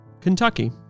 Kentucky